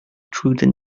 trwyddyn